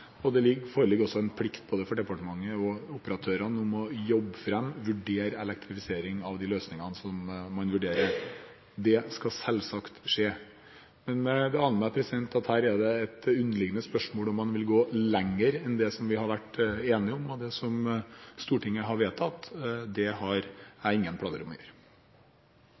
Det foreligger også en plikt for departementet og operatørene om å jobbe fram og vurdere elektrifiseringen av de løsningene man vurderer. Det skal selvsagt skje. Det aner meg at her er det et underliggende spørsmål om man vil gå lenger enn det man har vært enige om, og det som Stortinget har vedtatt. Det har jeg ingen planer om å gjøre.